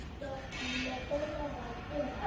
the letters are dancing.